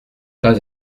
pas